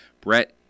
Brett